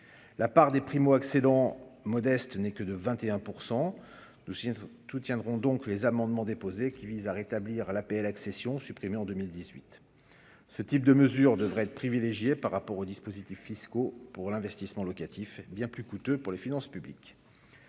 la part des primo-accédants modestes n'est que de 21 % nous si tout tiendront donc les amendements déposés, qui visent à rétablir à l'APL accession supprimé en 2018, ce type de mesures devrait être privilégié par rapport aux dispositifs fiscaux pour l'investissement locatif bien plus coûteux pour les finances publiques,